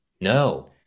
No